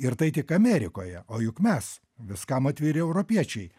ir tai tik amerikoje o juk mes viskam atviri europiečiai